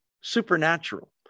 Supernatural